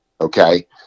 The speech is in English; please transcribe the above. Okay